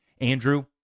Andrew